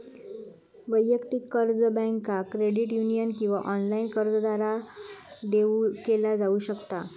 वैयक्तिक कर्ज बँका, क्रेडिट युनियन किंवा ऑनलाइन कर्जदारांद्वारा देऊ केला जाऊ शकता